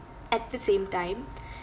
at the same time